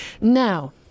Now